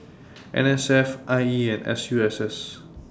N S F I E and S U S S